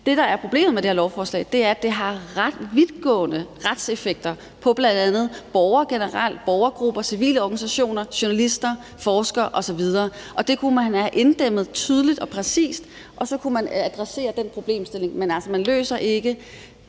Det, der er problemet med det her lovforslag, er, at det har ret vidtgående retseffekter på bl.a. borgere generelt, borgergrupper, civile organisationer, journalister, forskere osv., og det kunne man have inddæmmet tydeligt og præcist, og så kunne man adressere den problemstilling, men altså, man løser ikke